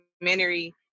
documentary